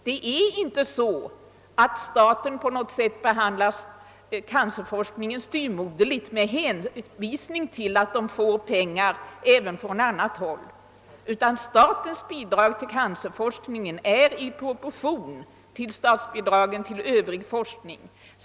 Det är inte så att staten på något sätt behandlar cancerforskningen styvmoderligt med hänvisning till att den får pengar även från annat håll. Statens bidrag till cancerforskningen står i proportion till statens bidrag till övrig forskning.